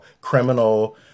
criminal